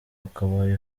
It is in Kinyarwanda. wakabaye